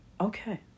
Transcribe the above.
okay